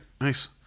nice